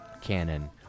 canon